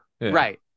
Right